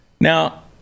Now